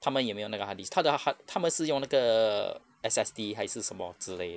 他们也没有那个 hard disk 他的 hard~ 他们是用那个 S_S_D 还是什么之类的